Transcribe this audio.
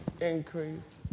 increase